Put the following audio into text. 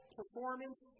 performance